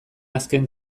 azken